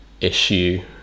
issue